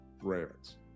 Ravens